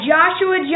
Joshua